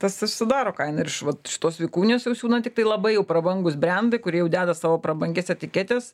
tas ir sudaro kainą ir iš vat šitos vikunijos jau siūna tiktai labai jau prabangūs brendai kurie jau deda savo prabangias etiketes